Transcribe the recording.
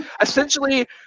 Essentially